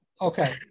Okay